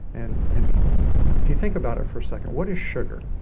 and and if you think about it for a second, what is sugar?